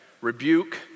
rebuke